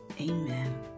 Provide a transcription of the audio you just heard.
Amen